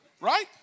Right